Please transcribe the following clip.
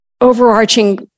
overarching